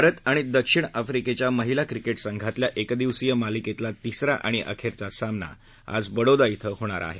भारत आणि दक्षिण आफ्रिकेच्या महिला क्रिकेट संघातल्या एकदिवसीय मालिकेतला तीसरा आणि अखेरचा सामना आज बडोदा िं होणार आहे